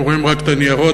הם רואים רק את הניירות,